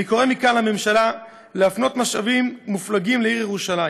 אני קורא מכאן לממשלה להפנות משאבים מופלגים לעיר ירושלים.